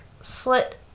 slit